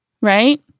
right